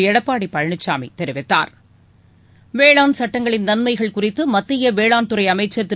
எடப்பாடி பழனிசாமி தெரிவித்தார் வேளாண் சட்டங்களின் நன்மைகள் குறித்து மத்திய வேளாண்துறை அமைச்சர் திரு